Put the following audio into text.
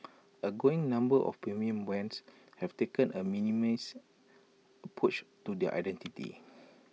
A growing number of premium brands have taken A minimalist approach to their identity